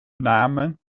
namen